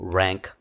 rank